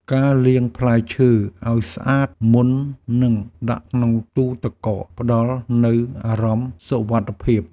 ការលាងផ្លែឈើឱ្យស្អាតមុននឹងដាក់ក្នុងទូទឹកកក ផ្តល់នូវអារម្មណ៍សុវត្ថិភាព។